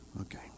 Okay